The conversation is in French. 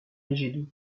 léger